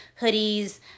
hoodies